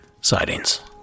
Sightings